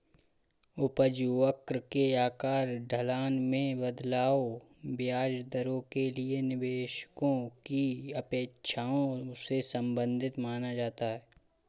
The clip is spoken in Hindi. उपज वक्र के आकार, ढलान में बदलाव, ब्याज दरों के लिए निवेशकों की अपेक्षाओं से संबंधित माना जाता है